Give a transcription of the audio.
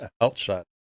outside